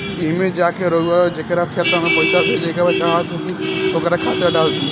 एईमे जा के रउआ जेकरा खाता मे पईसा भेजेके चाहत होखी ओकर खाता डाल दीं